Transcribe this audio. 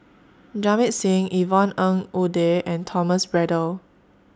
Jamit Singh Yvonne Ng Uhde and Thomas Braddell